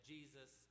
Jesus